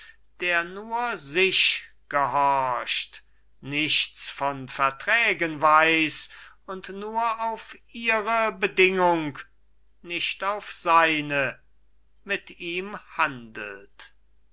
der nur sich gehorcht nichts von verträgen weiß und nur auf ihre bedingung nicht auf seine mit ihm handelt